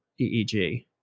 EEG